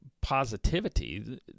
positivity